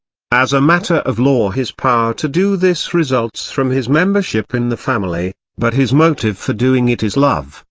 as a matter of law his power to do this results from his membership in the family but his motive for doing it is love,